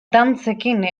dantzekin